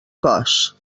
cos